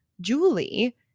Julie